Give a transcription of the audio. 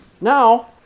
Now